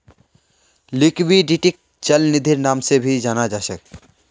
लिक्विडिटीक चल निधिर नाम से भी जाना जा छे